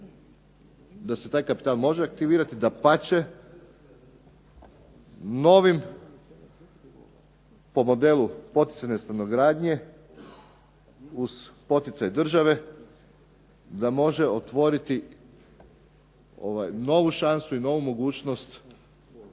da se taj kapital može aktivirati, dapače novim po modelu poticajne stanogradnje uz poticaj države, da može otvoriti novu šansu i novu mogućnost